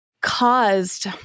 caused